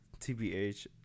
tbh